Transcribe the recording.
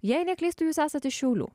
jei neklystu jūs esate šiaulių